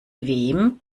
wem